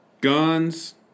Guns